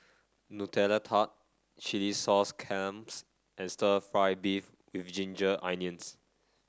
Nutella Tart Chilli Sauce Clams and stir fry beef with Ginger Onions